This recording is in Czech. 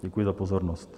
Děkuji za pozornost.